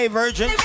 virgin